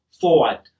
forward